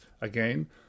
again